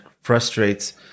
frustrates